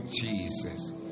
Jesus